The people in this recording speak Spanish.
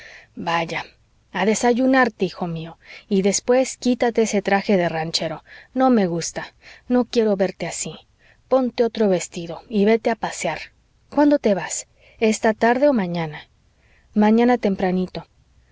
vaya a desayunarte hijo mío y después quítate ese traje de ranchero no me gusta no quiero verte así ponte otro vestido y vete a pasear cuándo te vas esta tarde o mañana mañana tempranito